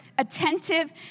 Attentive